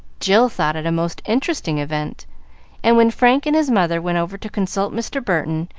jill thought it a most interesting event and, when frank and his mother went over to consult mr. burton,